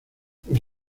los